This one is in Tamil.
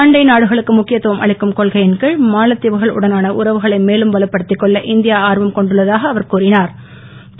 அண்டை நாடுகளுக்கு முக்கியத்துவம் அளிக்கும் கொள்கையின் கீழ் மாலத்திவுகளுடனான உறவுகளை மேலும் வலுப்படுத்திக் கொள்ள இந்தியா ஆர்வம் கொண்டுள்ள தாக அவர் கூறினூர்